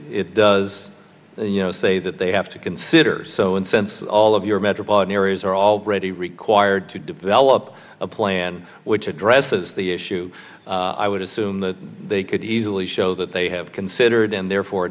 it does you know say that they have to consider so in the sense all of your metropolitan areas are already required to develop a plan which addresses the issue i would assume that they could easily show that they have considered and therefore